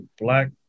black